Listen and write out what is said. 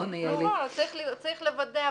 צריך לוודא,